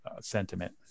sentiment